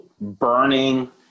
burning